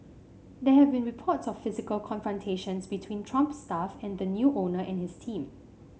there have been reports of physical confrontations between Trump staff and the new owner and his team